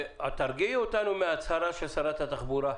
תרגיעי אותנו מההצהרה של שרת התחבורה.